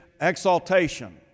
exaltation